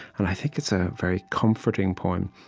and i think it's a very comforting poem,